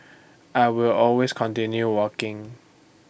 I will always continue walking